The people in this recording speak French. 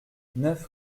neuf